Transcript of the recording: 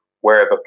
wherever